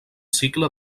cicle